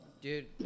Dude